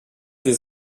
des